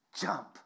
jump